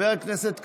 חבר הכנסת קריב,